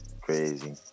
crazy